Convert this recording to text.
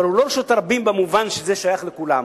אבל הוא לא רשות הרבים במובן שזה שייך לכולם.